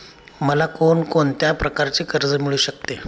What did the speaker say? मला कोण कोणत्या प्रकारचे कर्ज मिळू शकते?